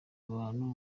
abantu